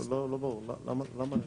לא ברור, למה?